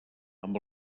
amb